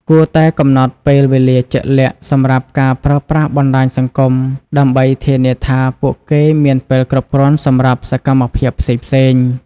គួរតែកំណត់ពេលវេលាជាក់លាក់សម្រាប់ការប្រើប្រាស់បណ្តាញសង្គមដើម្បីធានាថាពួកគេមានពេលគ្រប់គ្រាន់សម្រាប់សកម្មភាពផ្សេងៗ។